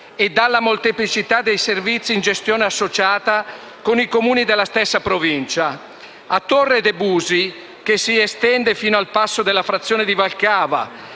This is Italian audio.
e dalla molteplicità dei sevizi in gestione associata con i Comuni della stessa Provincia. A Torre de' Busi, che si estende fino al passo della frazione di Valcava,